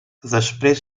després